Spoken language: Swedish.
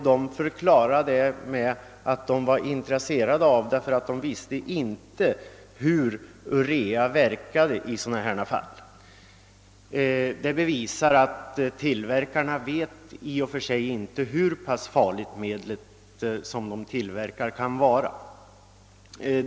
De förklarade sitt intresse med att de inte visste hur urea verkar i fall som dessa. Det bevisar att tillverkarna i själva verket inte känner till hur farligt det medel som de tillverkar kan vara.